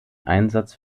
einsatz